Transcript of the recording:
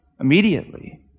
immediately